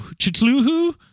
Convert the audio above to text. Chitlulu